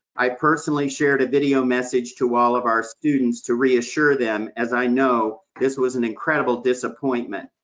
i personally shared a video message to all of our students to reassure them, as i know this was an incredible disappointment.